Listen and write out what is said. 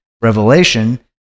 Revelation